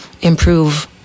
improve